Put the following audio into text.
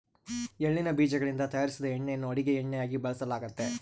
ಎಳ್ಳಿನ ಬೀಜಗಳಿಂದ ತಯಾರಿಸಿದ ಎಣ್ಣೆಯನ್ನು ಅಡುಗೆ ಎಣ್ಣೆಯಾಗಿ ಬಳಸಲಾಗ್ತತೆ